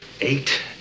Eight